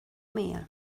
meal